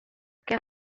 que